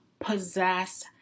possess